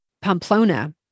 Pamplona